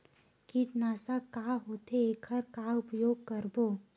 कीटनाशक का होथे एखर का उपयोग करबो?